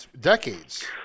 Decades